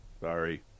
Sorry